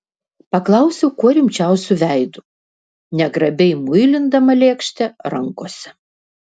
paklausiau kuo rimčiausiu veidu negrabiai muilindama lėkštę rankose